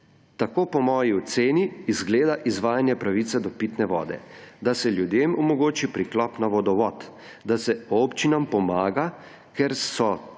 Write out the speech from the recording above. tako po moji oceni izgleda izvajanje pravice do pitne vode: da se ljudem omogoči priklop na vodovod, da se občinam pomaga, ker so to